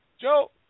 Joe